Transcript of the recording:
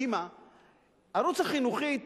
ערוץ החינוכית